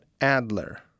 Adler